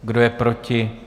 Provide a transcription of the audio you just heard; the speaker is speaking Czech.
Kdo je proti?